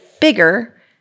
bigger